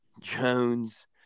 Jones